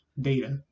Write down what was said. data